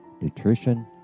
nutrition